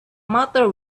matter